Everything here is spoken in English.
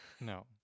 no